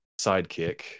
sidekick